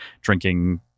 drinking